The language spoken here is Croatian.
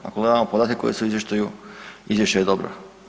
Ako gledamo podatke koji su u izvještaju, izvješće je dobro.